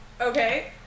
Okay